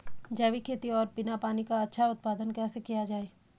जैविक खेती और बिना पानी का अच्छा उत्पादन कैसे किया जाए?